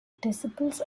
disciples